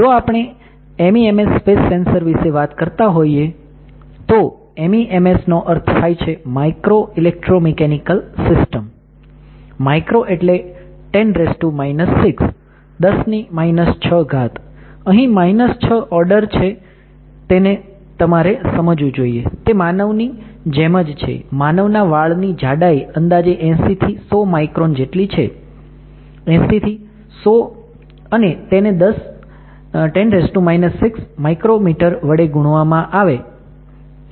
જો આપણે MEMS space sensors વિશે વાત કરતા હોઈએ તો MEMS નો અર્થ થાય છે Micro Electromechanical Systems માઈક્રો એટલે 10 6 10 ની માઈનસ 6 ઘાત અહી માઈનસ 6 ઓર્ડર જે છે તેને તમારે સમજવું જોઈએ તે માનવની જેમ જ છે માનવના વાળની જાડાઈ અંદાજે 80 થી 100 માઈક્રોન જેટલી છે 80 થી 100 અને તેને 10 6 um વડે ગુણવામાં આવે